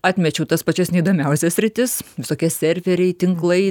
atmečiau tas pačias neįdomiausias sritis visokie serveriai tinklai